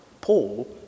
Paul